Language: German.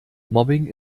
mobbing